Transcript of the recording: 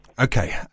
Okay